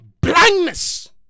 blindness